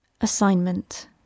Assignment